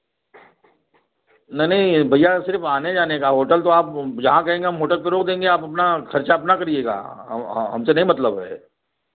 नहीं नहीं भैया सिर्फ़ आने जाने का होटल तो आप जहाँ कहेंगे हम होटल तो रोक देंगे आप अपना खर्चा अपना करिएगा हमसे नहीं मतलब है